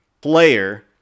player